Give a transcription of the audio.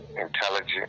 intelligent